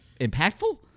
impactful